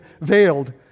veiled